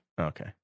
Okay